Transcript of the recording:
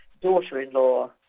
daughter-in-law